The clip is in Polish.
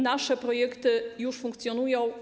Nasze projekty już funkcjonują.